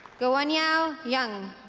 guangyao yeah zheng